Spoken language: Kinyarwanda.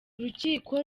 rukiko